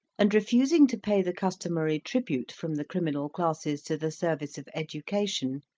and refusing to pay the customary tribute from the criminal classes to the service of education,